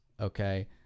Okay